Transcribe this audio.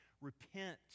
repent